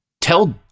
tell